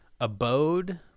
Abode